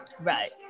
Right